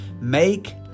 make